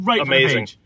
amazing